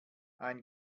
ein